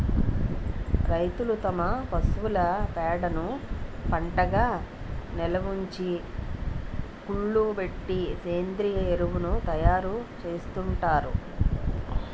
రైతులు తమ పశువుల పేడను పెంటగా నిలవుంచి, కుళ్ళబెట్టి సేంద్రీయ ఎరువును తయారు చేసుకుంటారు